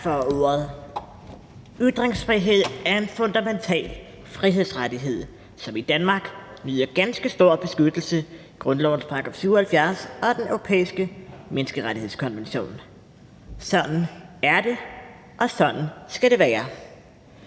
Tak for ordet. Ytringsfrihed er en fundamental frihedsrettighed, som i Danmark nyder ganske stor beskyttelse: grundlovens § 77 og Den Europæiske Menneskerettighedskonvention. Sådan er det, og sådan skal det være.